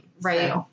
Right